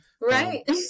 right